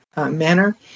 manner